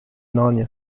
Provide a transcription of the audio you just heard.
narnia